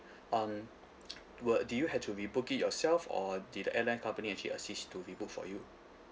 um were did you have to rebook it yourself or did the airline company actually assist to rebook for you